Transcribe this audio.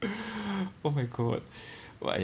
oh my god why